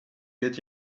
get